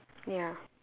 ya